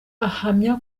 ahamya